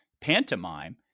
pantomime